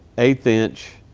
eighth inch.